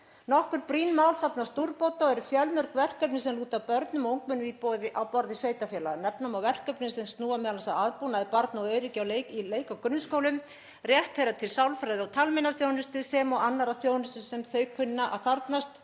Nokkur brýn mál þarfnast úrbóta og eru fjölmörg verkefni sem lúta að börnum og ungmennum á borði sveitarfélaga. Nefna má verkefni sem snúa m.a. að aðbúnaði barna og öryggi í leik- og grunnskólum, rétt þeirra til sálfræði- og talmeinaþjónustu sem og annarrar þjónustu sem þau kunna að þarfnast